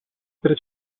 per